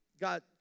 God